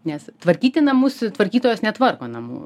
nes tvarkyti namus tvarkytojos netvarko namų